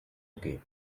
again